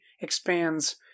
expands